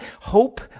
hope